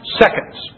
seconds